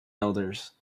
elders